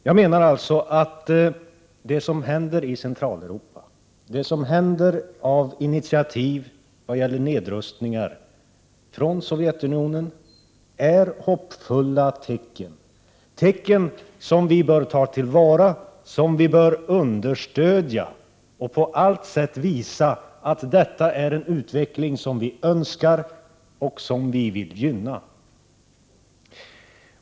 Jag menar att det som händer i Centraleuropa, det som händer på initiativ av Sovjetunionen när det gäller nedrustning, är hoppfulla tecken, tecken som vi bör ta till vara och som vi bör understödja. Vi bör på alla sätt visa att detta är en utveckling som vi önskar och vill gynna.